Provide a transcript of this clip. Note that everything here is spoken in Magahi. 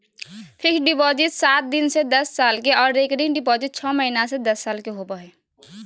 फिक्स्ड डिपॉजिट सात दिन से दस साल के आर रेकरिंग डिपॉजिट छौ महीना से दस साल के होबय हय